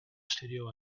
studio